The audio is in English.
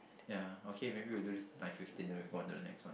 ya okay maybe we do this by fifteen then we go on to the next one